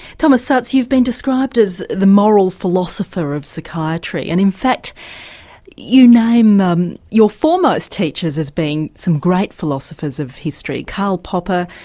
thomas ah szasz, you've been described as the moral philosopher of psychiatry and in fact you name um your foremost teachers as being some great philosophers of history carl popper,